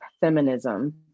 feminism